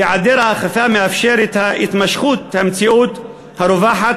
היעדר האכיפה מאפשר את התמשכות המציאות הרווחת